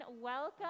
welcome